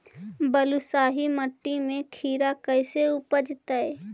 बालुसाहि मट्टी में खिरा कैसे उपजतै?